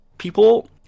People